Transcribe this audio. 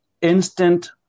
instant